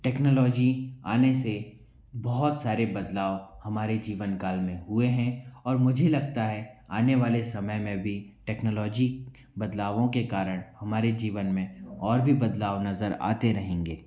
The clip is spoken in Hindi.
टेक्नोलॉजी आने से बहुत सारे बदलाव हमारे जीवनकाल में हुए हैं और मुझे लगता है आने वाले समय में भी टेक्नोलॉजी बदलावों के कारण हमारे जीवन में और भी बदलाव नज़र आते रहेंगे